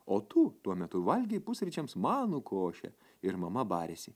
o tu tuo metu valgei pusryčiams manų košę ir mama barėsi